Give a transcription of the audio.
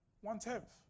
One-tenth